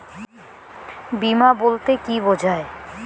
বিমা বলতে কি বোঝায়?